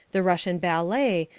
the russian ballet,